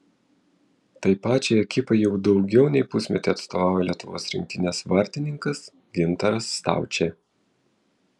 tai pačiai ekipai jau daugiau nei pusmetį atstovauja lietuvos rinktinės vartininkas gintaras staučė